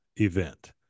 event